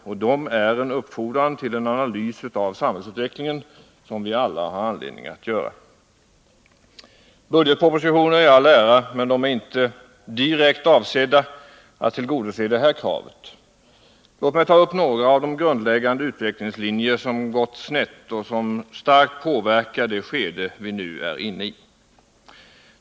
De innebär en uppfordran till en analys av samhällsutvecklingen, en analys som vi alla har anledning att göra. Budgetpropositioner i all ära, men de är inte direkt avsedda att tillgodose detta krav. Låt mig ta upp några av de grundläggande utvecklingslinjer som gått snett och som starkt påverkar det skede vi nu är inne i.